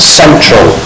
central